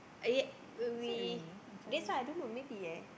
oh yeah we that's why I don't know maybe eh